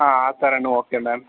ಹಾಂ ಆ ಥರನೂ ಓಕೆ ಮ್ಯಾಮ್